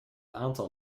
aantal